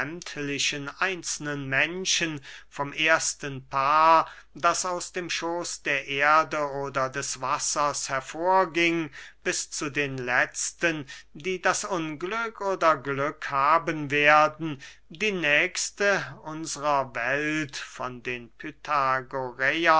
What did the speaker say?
einzelnen menschen vom ersten paar das aus dem schooß der erde oder des wassers hervorging bis zu den letzten die das unglück oder glück haben werden die nächste unsrer welt von den